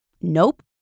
Nope